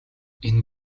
энэ